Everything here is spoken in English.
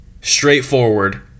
straightforward